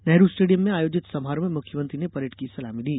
Nehru stadium में आयोजित समारोह में मुख्यमंत्री ने परेड की सलामी ली